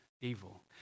evil